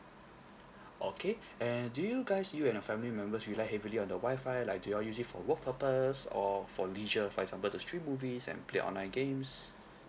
okay and do you guys you and your family members rely heavily on the wi-fi like do you all use it for work purpose or for leisure for example to stream movies and play online games